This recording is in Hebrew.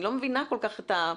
אני לא מבינה כל כך את ה-,